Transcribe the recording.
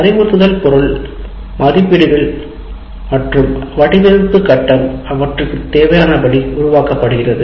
அறிவுறுத்துதல் பொருளானது மதிப்பீடுகள் மற்றும் வடிவமைப்பு கட்டம் அவற்றுக்கு தேவையானபடி உருவாக்கப்படுகிறது